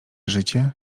życie